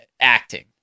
acting